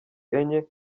enye